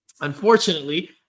unfortunately